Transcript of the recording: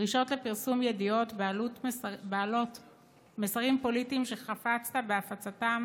דרישות לפרסום ידיעות בעלות מסרים פוליטיים שחפצת בהפצתם